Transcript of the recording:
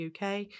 UK